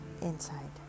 inside